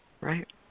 right